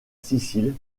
sicile